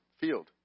field